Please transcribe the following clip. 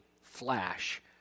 flash